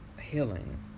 healing